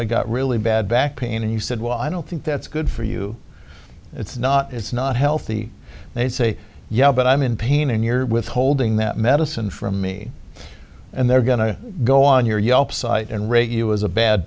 i got really bad back pain and you said well i don't think that's good for you it's not it's not healthy they say yeah but i'm in pain and you're withholding that medicine from me and they're going to go on your yelp site and rate you as a bad